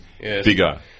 Bigger